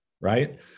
right